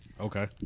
Okay